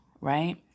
right